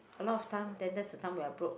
a lot of time then that's the time when I broke